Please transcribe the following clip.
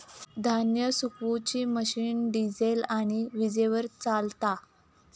धान्य सुखवुची machine diesel आणि वीजेवर चलता